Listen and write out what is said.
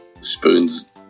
Spoon's